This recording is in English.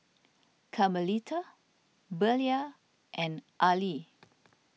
Carmelita Belia and Ali